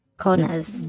corners